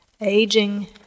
Aging